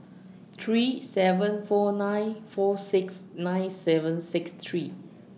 three seven four nine four six nine seven six three